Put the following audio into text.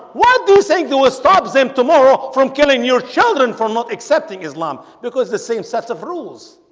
what do you think? they will stop them tomorrow from killing your children for not accepting islam because the same sets of rules